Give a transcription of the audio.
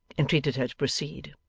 entreated her to proceed.